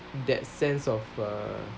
that sense of err